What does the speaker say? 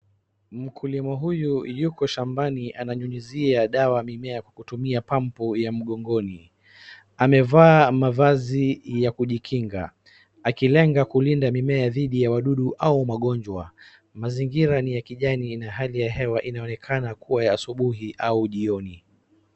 Mkulima huyu yuko shambani ananyunyizia dawa mimea kwa kutumia pampu ya mgongoni. Amevaa mavazi ya kujikinga akilenga kulinda mimea dhidi ya wadudu au magonjwa. Mazingira ni ya kijani na hali ya hewa inaonekana kuwa ya asubuhi au jioni.